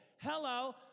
Hello